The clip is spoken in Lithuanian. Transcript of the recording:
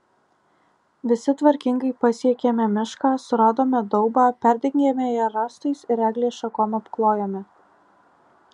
visi tvarkingai pasiekėme mišką suradome daubą perdengėme ją rąstais ir eglės šakom apklojome